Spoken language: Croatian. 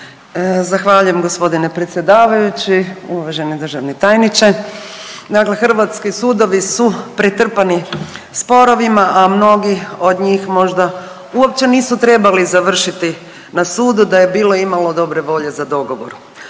Zahvaljujem g. predsjedavajući. Uvaženi državni tajniče. Dakle, hrvatski sudovi su pretrpani sporovima, a mnogi od njih možda uopće nisu trebali završiti na sudu da je bilo imalo dobre volje za dogovor.